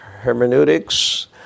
hermeneutics